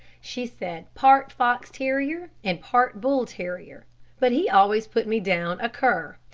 she said part fox-terrier and part bull-terrier but he always put me down a cur.